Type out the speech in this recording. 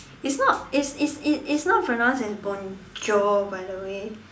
it's not it's it's it's it's not pronounce as bonjour by the way